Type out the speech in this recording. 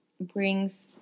brings